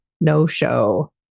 no-show